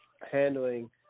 handling